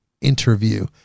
interview